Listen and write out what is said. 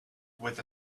with